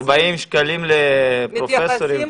40 שקלים לפרופסורים,